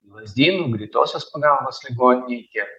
lazdynų greitosios pagalbos ligoninėj tiek